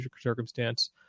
circumstance